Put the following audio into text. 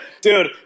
dude